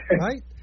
right